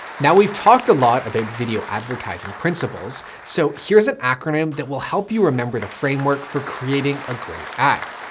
now we've talked a lot of at video advertising principles. so here's an acronym that will help you remember the framework for creating a great ad.